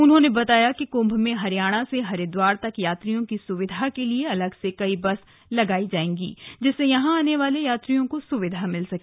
उन्होंने बताया कि कुंभ में हरियाणा से हरिद्वार तक यात्रियों की सुविधा के लिए अलग से कई बस लगाई जाएंगी जिससे यहां आने वाले यात्रियों को सुविधा मिल सके